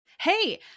Hey